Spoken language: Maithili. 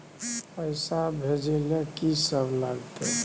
पैसा भेजै ल की सब लगतै?